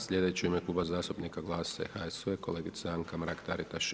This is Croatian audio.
Sljedeći u ime Kluba zastupnika GLAS-a i HSU-a, kolegica Anka Mrak Taritaš.